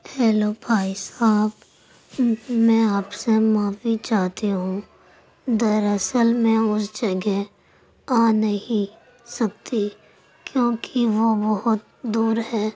hello بھائی صاحب کیوں کہ میں آپ سے معافی چاہتی ہوں در اصل میں اس جگہ آ نہیں سکتی کیوں کہ وہ بہت دور ہے